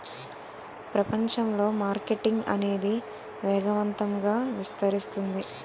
ప్రపంచంలో మార్కెటింగ్ అనేది వేగవంతంగా విస్తరిస్తుంది